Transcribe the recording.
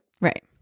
right